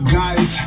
guys